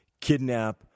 Kidnap